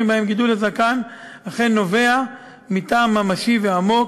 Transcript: שבהם גידול הזקן אכן נובע מטעם ממשי ועמוק,